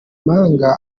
impanga